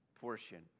portion